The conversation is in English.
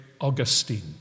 Augustine